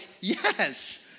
yes